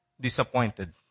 disappointed